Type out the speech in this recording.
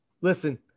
Listen